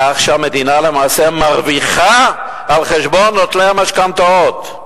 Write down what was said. כך שלמעשה המדינה בעצם מרוויחה על חשבון נוטלי המשכנתאות.